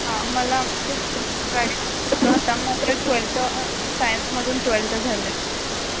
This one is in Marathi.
हां मला होता मात्र ट्वेल्थ सायन्समधून ट्वेल्थ झाले आहे